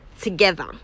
together